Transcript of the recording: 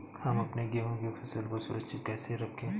हम अपने गेहूँ की फसल को सुरक्षित कैसे रखें?